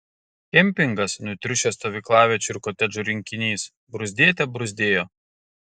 kempingas nutriušęs stovyklaviečių ir kotedžų rinkinys bruzdėte bruzdėjo